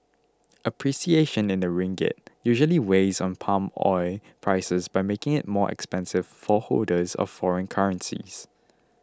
appreciation in the ringgit usually weighs on palm oil prices by making it more expensive for holders of foreign currencies